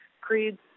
creeds